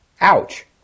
ouch